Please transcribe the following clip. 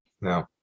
No